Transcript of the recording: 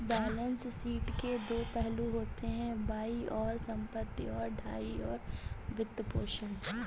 balance sheet के दो पहलू होते हैं, बाईं ओर संपत्ति, और दाईं ओर वित्तपोषण